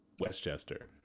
Westchester